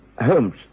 Holmes